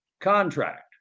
contract